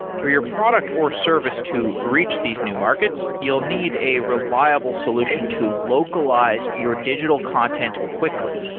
for your product or service to reach these new markets, you'll need a reliable solution to localize your digital content quickly.